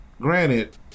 granted